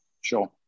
sure